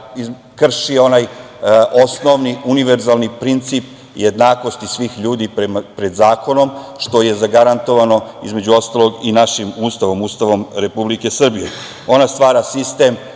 krši onaj osnovni univerzalni princip jednakosti svih ljudi pred zakonom, što je zagarantovano, između ostalog, i našim Ustavom, Ustavom Republike Srbije. Ona stvara sistem